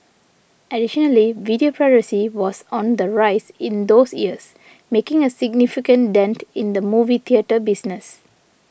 additionally video piracy was on the rise in those years making a significant dent in the movie theatre business